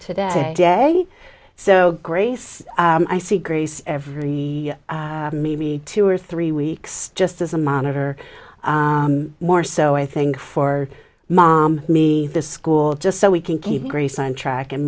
today so grace i see grace every maybe two or three weeks just as a monitor more so i think for mom me the school just so we can keep grease on track and